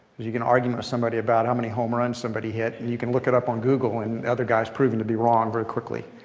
you can argue with somebody about how many home runs somebody hit. you can look it up on google and the other guy's proven to be wrong very quickly.